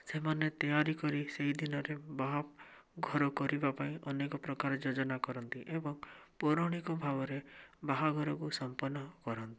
ସେମାନେ ତେୟାରୀ କରି ସେଇଦିନରେ ବାହାଘର କରିବା ପାଇଁ ଅନେକ ପ୍ରକାର ଯୋଜନା କରନ୍ତି ଏବଂ ପୌରାଣିକ ଭାବରେ ବାହାଘରକୁ ସମ୍ପନ୍ନ କରନ୍ତି